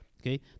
Okay